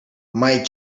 might